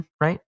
right